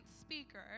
speaker